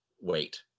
wait